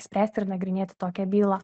spręst ir nagrinėti tokią bylą